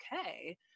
Okay